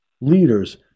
leaders